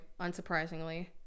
unsurprisingly